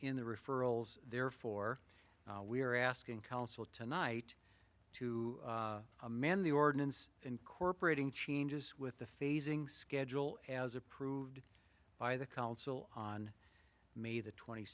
in the referrals therefore we are asking council tonight to amend the ordinance incorporating changes with the phasing schedule as approved by the council on may the twenty